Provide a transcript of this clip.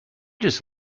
just